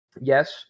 Yes